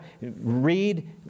read